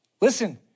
Listen